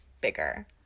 bigger